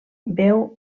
veu